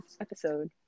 episode